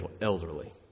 elderly